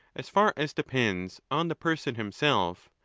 as far as depends on the person himself,